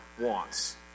wants